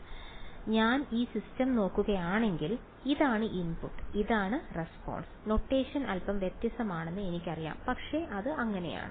അതിനാൽ ഞാൻ ഈ സിസ്റ്റം നോക്കുകയാണെങ്കിൽ ഇതാണ് ഇൻപുട്ട് ഇതാണ് റെസ്പോൺസ് നൊട്ടേഷൻ അൽപ്പം വ്യത്യസ്തമാണെന്ന് എനിക്കറിയാം പക്ഷേ അത് അങ്ങനെയാണ്